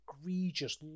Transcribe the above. egregious